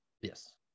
Yes